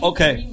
Okay